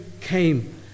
came